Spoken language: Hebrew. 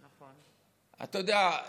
אתה יודע.